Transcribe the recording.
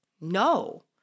no